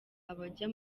abajya